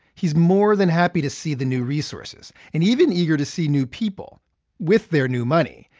he's more than happy to see the new resources and even eager to see new people with their new money.